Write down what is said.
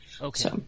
Okay